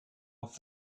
off